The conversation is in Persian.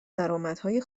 درآمدهای